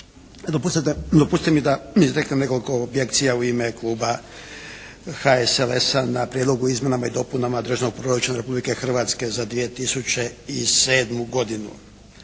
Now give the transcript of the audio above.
Dopustite mi da izreknem nekoliko objekcija u ime kluba HSLS-a na Prijedlogu izmjenama i dopunama Državnog proračuna Republike Hrvatske za 2007. godinu.